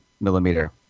millimeter